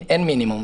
אין מינימום.